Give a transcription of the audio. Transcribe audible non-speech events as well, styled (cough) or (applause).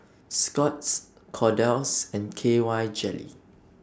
(noise) Scott's Kordel's and K Y Jelly